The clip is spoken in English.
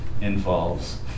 involves